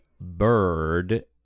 bird